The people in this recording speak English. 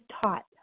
taught